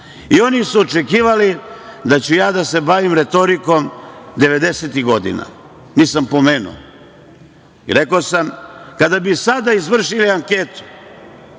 su očekivali da ću ja da se bavim retorikom 90-ih godina. Nisam pomenuo. Rekao sam – kada bi sada izvršili anketu